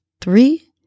three